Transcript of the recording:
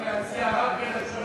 את הצעת